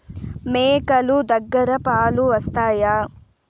మేక లు దగ్గర పాలు వస్తాయా?